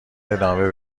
ادامه